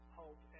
hope